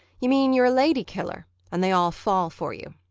you mean you're a lady-killer and they all fall for you.